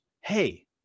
hey